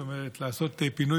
זאת אומרת פינוי-בינוי,